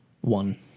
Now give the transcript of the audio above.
One